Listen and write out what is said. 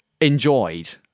enjoyed